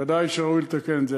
ודאי שראוי לתקן את זה.